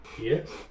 Yes